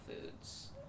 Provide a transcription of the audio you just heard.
Foods